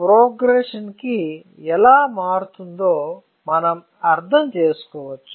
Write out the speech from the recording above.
progression కి ఎలా మారుతుందో మనం అర్థం చేసుకోవచ్చు